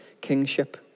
kingship